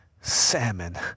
salmon